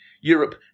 Europe